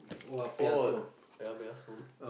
oh oya-beh-ya-som